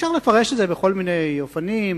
אפשר לפרש את זה בכל מיני אופנים,